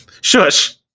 Shush